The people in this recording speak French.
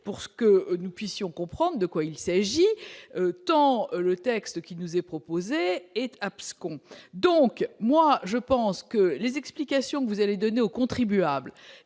pour que nous puissions comprendre de quoi il s'agit, tant le texte qui nous est proposé et abscons, donc moi je pense que les explications que vous allez donner aux contribuables,